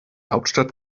hauptstadt